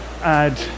add